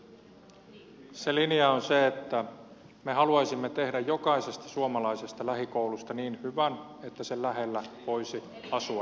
se linja on se että me haluaisimme tehdä jokaisesta suomalaisesta lähikoulusta niin hyvän että sen lähellä voisi asua